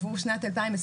עבור שנת 2021,